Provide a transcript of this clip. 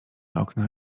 okna